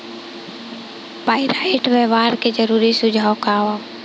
Pyrite व्यवहार के जरूरी सुझाव का वा?